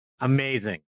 amazing